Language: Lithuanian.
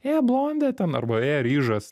ė blonde ten arba ė ryžas